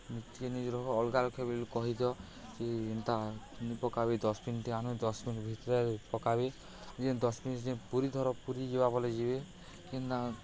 ନିଜ୍କେ ନିଜ୍ ରହ ଅଲ୍ଗା ଲୋକ୍କେ ବି କହି ଦିଅ କି ଏନ୍ତା ନିପକାବେ ଡଷ୍ଟ୍ବିନ୍ଟେ ଆନ୍ବେ ଡଷ୍ଟ୍ବିନ୍ ଭିତ୍ରେ ପକାବେ ଯେ ଡଷ୍ଟ୍ବିନ୍ ଯେ ପୁରି ଧର ପୁରି ଯିବା ବେଲେ ଯିବେ କେନ୍ ନା